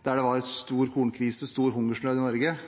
da det var stor kornkrise og stor hungersnød i Norge.